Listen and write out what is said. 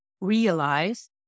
realize